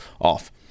off